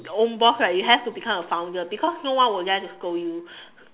own boss right you have to become a founder because no one will dare to scold you